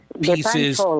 pieces